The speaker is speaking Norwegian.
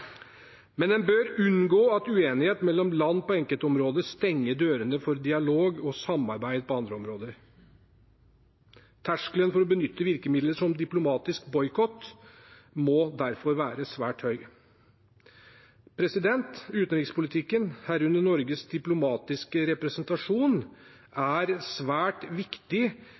men en bør unngå at uenighet mellom land på enkeltområder stenger dørene for dialog og samarbeid på andre områder. Terskelen for å benytte virkemidler som diplomatisk boikott må derfor være svært høy. Utenrikspolitikken, herunder Norges diplomatiske representasjon, er svært viktig